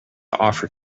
offer